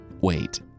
wait